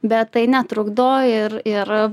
bet tai netrukdo ir ir